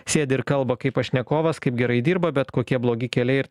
sėdi ir kalba kaip pašnekovas kaip gerai dirba bet kokie blogi keliai ir